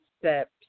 steps